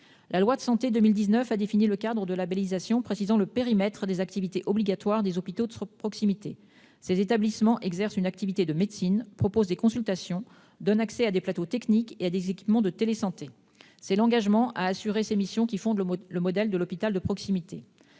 24 juillet 2019 a défini le cadre de la labellisation, lequel précise le périmètre des activités obligatoires des hôpitaux de proximité : ces établissements exercent une activité de médecine, proposent des consultations, donnent accès à des plateaux techniques et à des équipements de télésanté. C'est l'engagement à remplir ces missions qui fonde le modèle de l'hôpital de proximité.